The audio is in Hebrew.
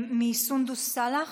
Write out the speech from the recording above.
מסונדוס סאלח.